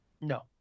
No